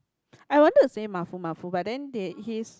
I wanted to say Mafu Mafu but then they he's